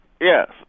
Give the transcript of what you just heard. Yes